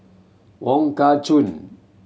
Wong Kah Chun